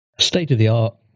state-of-the-art